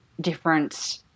different